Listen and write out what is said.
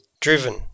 driven